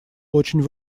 очень